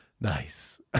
Nice